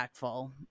impactful